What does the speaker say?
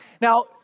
Now